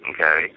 okay